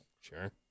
Sure